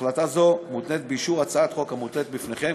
החלטה זו מותנית באישור הצעת החוק המונחת בפניכם,